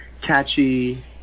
catchy